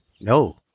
no